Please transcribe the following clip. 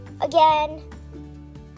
again